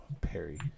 Perry